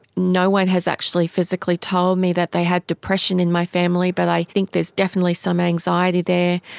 no one has actually physically told me that they had depression in my family but i think there's definitely some anxiety there.